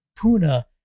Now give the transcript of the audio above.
Puna